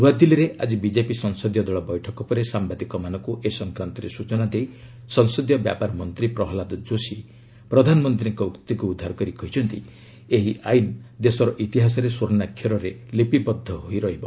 ନ୍ତଆଦିଲ୍ଲୀରେ ଆଜି ବିଜେପି ସଂସଦୀୟ ଦଳ ବୈଠକ ପରେ ସାମ୍ବାଦିକମାନଙ୍କୁ ଏ ସଂକ୍ରାନ୍ତରେ ସୂଚନା ଦେଇ ସଂସଦୀୟ ବ୍ୟାପାର ମନ୍ତ୍ରୀ ପ୍ରହ୍ଲାଦ ଯୋଶୀ ପ୍ରଧାନମନ୍ତ୍ରୀଙ୍କ ଉକ୍ତିକୁ ଉଦ୍ଧାର କରି କହିଛନ୍ତି ଏହି ଆଇନ ଦେଶର ଇତିହାସରେ ସ୍ୱର୍ଣ୍ଣାକ୍ଷରରେ ଲିପିବଦ୍ଧ ହୋଇ ରହିବ